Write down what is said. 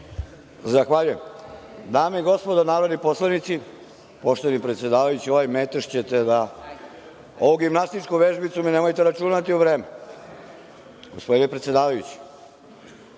Zahvaljujem. Dame i gospodo narodni poslanici, poštovani predsedavajući, ovaj metež ćete… Ovu gimnastičku vežbicu mi nemojte računati u vreme. Gospodine predsedavajući,